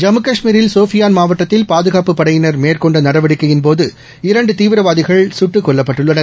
ஜம்மு கஷ்மீரில் சோபியான் மாவட்டத்தில் பாதுகாப்புப் படையினர் மேற்கொண்ட நடவடிக்கையின் போது இரண்டு தீவிரவாதிகள் சுட்டுக் கொல்லப்பட்டுள்ளனர்